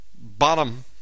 Bottom